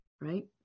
Right